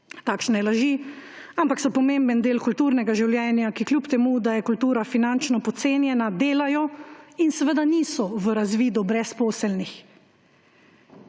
takšne laži, ampak so pomemben del kulturnega življenja, ki kljub temu da je kultura finančno podcenjena, delajo in seveda niso v razvidu brezposelnih.